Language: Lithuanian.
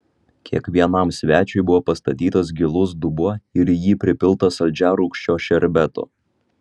kiekvienam svečiui buvo pastatytas gilus dubuo ir į jį pripilta saldžiarūgščio šerbeto